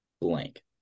blank